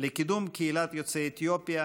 לקידום קהילת יוצאי אתיופיה